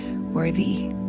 worthy